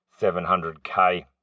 700k